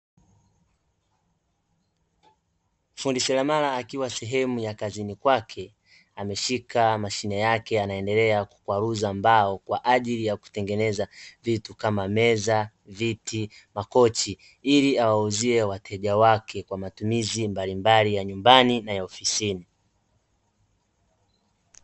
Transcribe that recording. Fundi seremala akiwa sehemu ya kazini kwake ameshika mashine yake anaendelea kukwawaruza mbao kwa ajili ya kutengeneza vitu kama: meza, viti, makochi; ili awauzie wateja wake kwa matumizi mbalimbali ya nyumbani na ya ofisini.